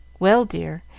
well, dear,